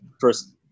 first